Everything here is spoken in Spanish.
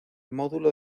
módulo